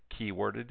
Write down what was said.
keyworded